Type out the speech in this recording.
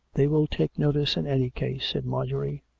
they will take notice in any case said marjorie,